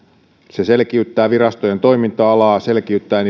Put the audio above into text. se selkiyttää virastojen toiminta alaa selkiyttää